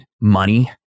money